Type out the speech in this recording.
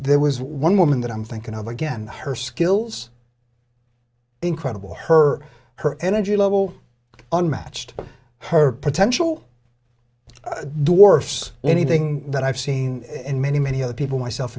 there was one woman that i'm thinking of again her skills incredible her her energy level unmatched her potential dwarfs anything that i've seen in many many other people myself